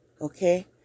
okay